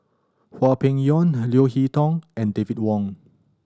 Hwang Peng Yuan Leo Hee Tong and David Wong